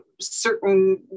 certain